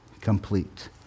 complete